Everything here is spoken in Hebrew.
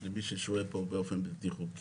לכל מי ששוהה פה באופן בלתי חוקי,